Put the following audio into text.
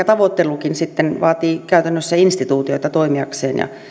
tavoittelukin sitten vaatii käytännössä instituutioita toimiakseen ja